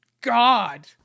God